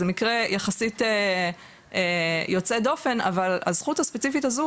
זה מקרה יחסית יוצא דופן אבל הזכות הספציפית הזו,